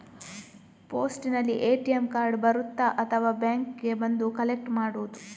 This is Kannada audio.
ಪೋಸ್ಟಿನಲ್ಲಿ ಎ.ಟಿ.ಎಂ ಕಾರ್ಡ್ ಬರುತ್ತಾ ಅಥವಾ ಬ್ಯಾಂಕಿಗೆ ಬಂದು ಕಲೆಕ್ಟ್ ಮಾಡುವುದು?